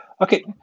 okay